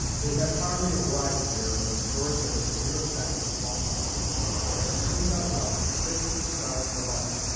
they had hardly arrived there when george had a severe attack of smallpox though he soon got well, his face was scarred for life.